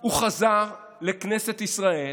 הוא חזר לכנסת ישראל,